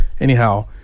anyhow